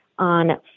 on